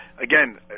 Again